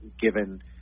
given